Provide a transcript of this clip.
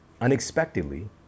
unexpectedly